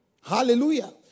Hallelujah